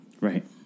Right